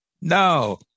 No